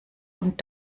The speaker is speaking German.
und